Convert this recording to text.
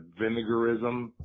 vinegarism